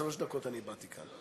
שלוש דקות אני איבדתי כאן,